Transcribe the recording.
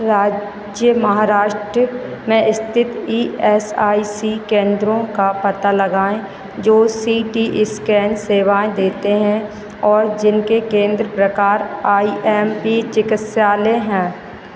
राज्य महाराष्ट्र में स्थित ई एस आइ सी केन्द्रों का पता लगाएँ जो सी टी स्कैन सेवाएँ देते हैं और जिनके केन्द्र प्रकार आई एम पी चिकित्सालय हैं